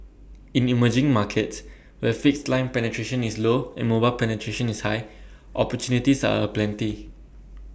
in emerging markets where fixed line penetration is low and mobile penetration is high opportunities are aplenty